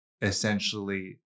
essentially